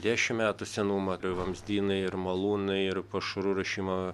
dešim metų senumo ir vamzdynai ir malūnai ir pašarų ruošimo